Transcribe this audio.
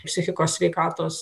psichikos sveikatos